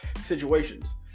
situations